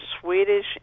Swedish